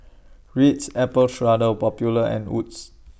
Ritz Apple Strudel Popular and Wood's